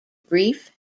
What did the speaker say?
brief